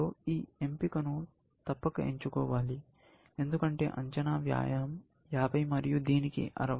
ఈ సమయంలో ఈ ఎంపికను తప్పక ఎంచుకోవాలి ఎందుకంటే అంచనా వ్యయం 50 మరియు దీనికి 60